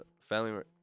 family